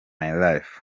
life